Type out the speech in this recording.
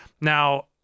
Now